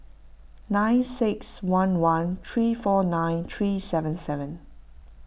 nine six one one three four nine three seven seven